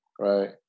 right